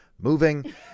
moving